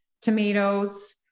tomatoes